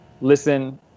listen